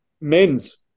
men's